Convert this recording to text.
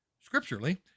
scripturally